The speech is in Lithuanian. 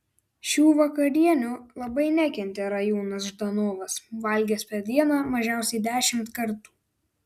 šių vakarienių labai nekentė rajūnas ždanovas valgęs per dieną mažiausiai dešimt kartų